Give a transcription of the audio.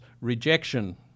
rejection